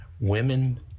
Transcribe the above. women